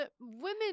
Women